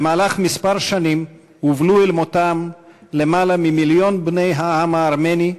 במהלך מספר שנים הובלו אל מותם למעלה ממיליון בני העם הארמני,